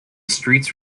streets